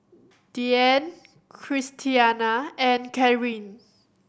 Deanne Christiana and Cathryn